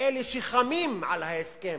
ואלה ש"חמים" על ההסכם,